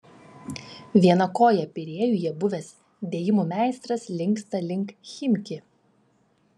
viena koja pirėjuje buvęs dėjimų meistras linksta link chimki